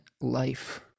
life